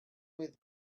with